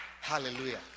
hallelujah